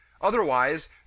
Otherwise